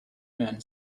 men